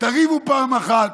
תריבו פעם אחת,